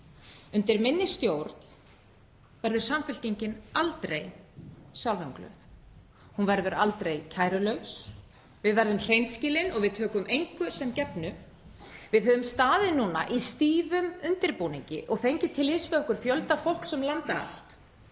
Undir minni stjórn verður Samfylkingin aldrei sjálfumglöð, aldrei kærulaus. Við verðum hreinskilin og tökum engu sem gefnu. Við höfum staðið núna í stífum undirbúningi og fengið til liðs við okkur fjölda fólks um land allt.